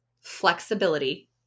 flexibility